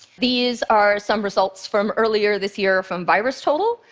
these are some results from earlier this year from virustotal.